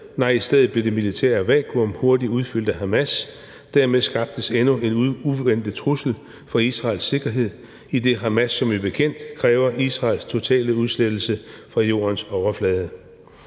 nej, i stedet blev det militære vakuum hurtigt udfyldt af Hamas, og dermed skabtes endnu en uventet trussel for Israels sikkerhed, idet Hamas som bekendt kræver Israels totale udslettelse fra jordens overflade.